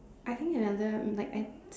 I think another like I